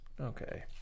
Okay